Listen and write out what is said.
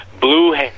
blue